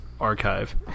archive